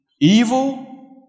evil